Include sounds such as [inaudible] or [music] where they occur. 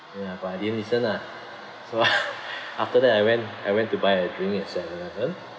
ya but I didn't listen lah so [laughs] after that I went I went to buy a drink at seven eleven